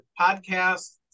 podcast